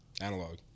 Analog